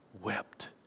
wept